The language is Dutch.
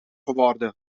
geworden